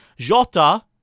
Jota